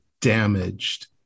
damaged